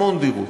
המון דירות.